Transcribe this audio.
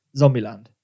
Zombieland